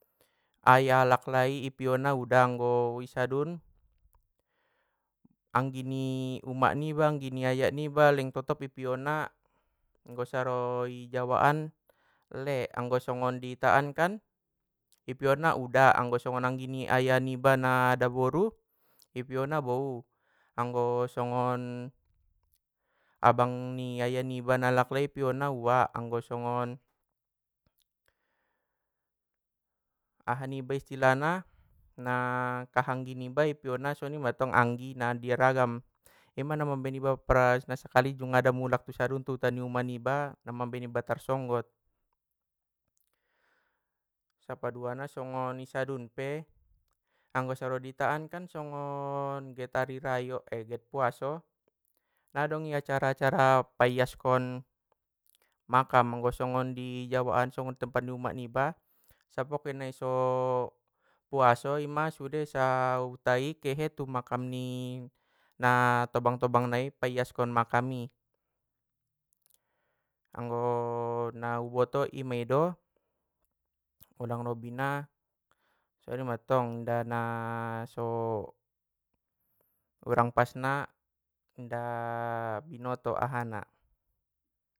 Ayah alak lai i piona uda, anggo i sadun anggi ni umak niba anggi ni ayah niba leng totop i piona, anggo saro i jawaan lek, anggo i ita an kan! I piona uda, anggo songon anggi ni ayah niba na adaboru i piona bou, anggo songon abang ni ayah niba na alak lai i piona uak anggo songon, aha niba istilah na kahanggi niba songoni mattong anggi nai ragam ima na mambaen iba nasakali jungada mulak tu huta ni umak niba mambaen iba tar songgot. Sapadua na songon i sadun pe, anggo saro i ita an songon get ari rayo get puaso ngadong i acara acara paiaskon makam anggo songon i jawa jawaan songon tempat ni umak niba, sapoken nai so puaso ima sude sahutai kehe tu makam ni naa tobang tobang nai paiaskan makam i, anggoo na u boto i mai do urang lobina songoni mattong inda na soo urang pas na inda binoto ahana.